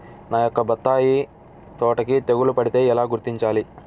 నా యొక్క బత్తాయి తోటకి తెగులు పడితే ఎలా గుర్తించాలి?